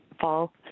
fall